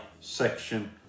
section